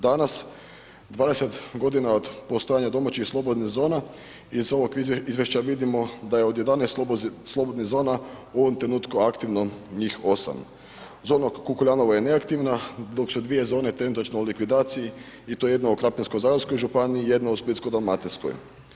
Danas 20 g. od postojanja domaćih slobodnih zona, iz ovog izvješća vidimo da je od 11 slobodnih zona u ovom trenutku aktivno njih 8. Zona Kukuljanovo je neaktivna dok su 2 zone trenutačno u likvidaciji i to jedna u Krapinsko-zagorska, jedna u Splitsko-dalmatinskoj.